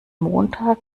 montag